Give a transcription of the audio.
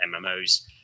MMOs